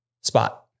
spot